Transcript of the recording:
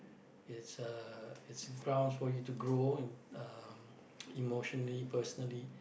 is uh is ground for you to grow in uh emotionally personally